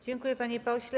Dziękuję, panie pośle.